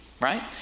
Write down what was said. Right